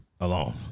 alone